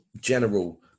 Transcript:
general